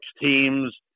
teams